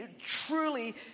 truly